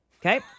Okay